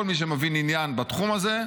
כל מי שמבין עניין בתחום הזה,